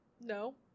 No